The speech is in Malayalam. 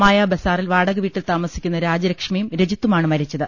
മായാ ബസാറിൽ വാട കവീട്ടിൽ താമസിക്കുന്ന രാജലക്ഷ്മിയും രജിത്തുമാണ് മരിച്ചത്